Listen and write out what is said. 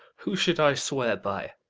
who should i swear by?